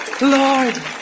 Lord